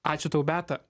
ačiū tau beata